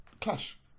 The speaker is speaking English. Clash